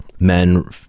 men